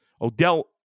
Odell